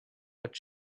but